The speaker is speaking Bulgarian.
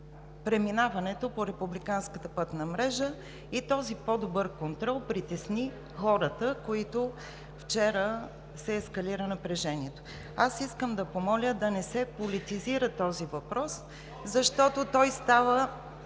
преминаването по републиканската пътна мрежа и този по-добър контрол притесни хората, при които вчера се ескалира напрежение. Искам да помоля да не се политизира този въпрос, защото той е